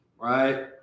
right